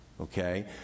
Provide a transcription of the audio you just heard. okay